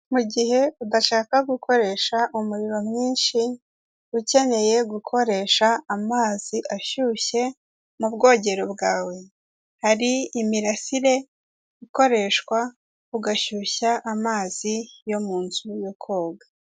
Mugihe udashaka gukoresha umuriro mwinshi, ukeneye gukoresha amazi ashyushye mu bwogero bwawe, hari imirasire ikoreshwa ugashyushya amazi yo mu nzu yo koga.